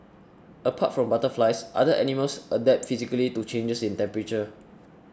apart from butterflies other animals adapt physically to changes in temperature